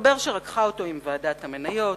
מסתבר שרקחה אותו עם ועדת המניות,